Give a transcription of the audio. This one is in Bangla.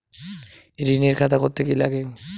ঋণের খাতা করতে কি লাগে?